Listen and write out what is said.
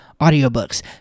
audiobooks